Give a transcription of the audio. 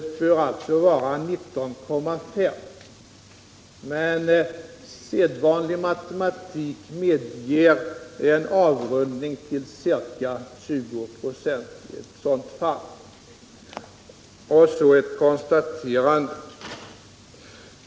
Tillsammans blir dei alltså 19.5. men sedvanlig matematik medger en avrundning till ca 20 i eti sådant fall. Och så ett konstaterande.